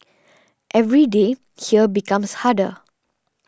every day here becomes harder